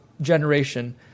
generation